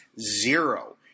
zero